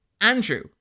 Andrew